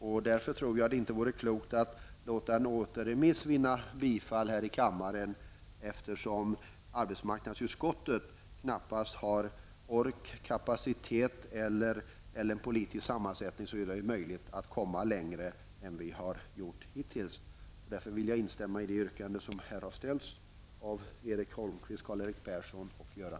Det vore därför inte klokt att låta ett yrkande om återremiss vinna bifall, eftersom arbetsmarknadsutskottet knappast har vare sig den ork, den kapacitet eller den politiska sammansättning som gör det möjligt att komma längre än vad vi hittills har gjort. Jag instämmer i det yrkande som här har framställts av Erik Holmkvist, Karl-Erik Persson och Göran